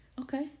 okay